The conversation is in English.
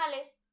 Animales